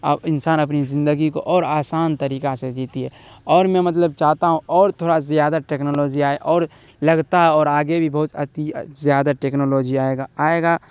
اب انسان اپنی زندگی کو اور آسان طریقہ سے جیتی ہے اور میں مطلب چاہتا ہوں اور تھورا زیادہ ٹیکنالوجی آئے اور لگتا ہے اور آگے بھی بہت زیادہ ٹیکنالوجی آئے گا آئے گا